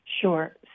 sure